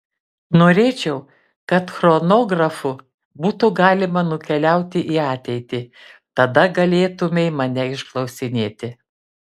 norėčiau kad chronografu būtų galima nukeliauti į ateitį tada galėtumei mane išklausinėti